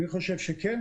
אני חושב שכן.